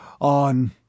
On